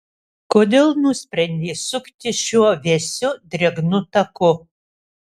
kodėl nusprendei sukti šiuo vėsiu drėgnu taku